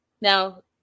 Now